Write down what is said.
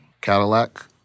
Cadillac